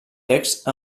text